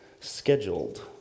Scheduled